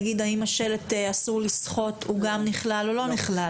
נגיד האם השלט 'אסור לשחות' הוא גם נכלל או לא נכלל?